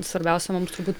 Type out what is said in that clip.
svarbiausia mums turbūt